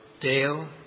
Dale